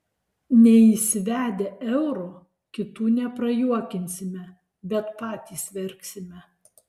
neįsivedę euro kitų neprajuokinsime bet patys verksime